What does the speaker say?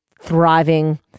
thriving